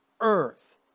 earth